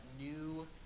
new